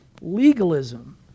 legalism